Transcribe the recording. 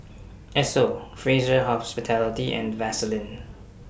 Esso Fraser Hospitality and Vaseline